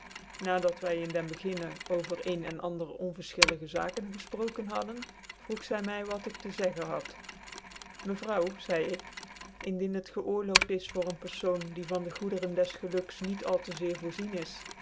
dat wy in den beginnen over ccn cn andere onvcrlchillige zaaken gefprokeu hadden vroeg zy my wat ik te zeggen had mevrouw zeide ik indien hec gcoorlooft is voor ccn perioon die van de goederen des gcluks niet al tc zeer voorzien is